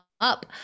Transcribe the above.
up